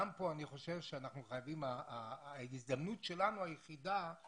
גם כאן אני חושב שההזדמנות היחידה שלנו